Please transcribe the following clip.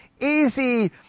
easy